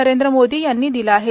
नरेंद्र मोदी यांनी दिलं आहे